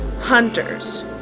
Hunters